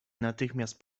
natychmiast